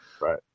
Right